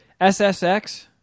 ssx